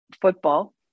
football